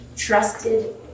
Trusted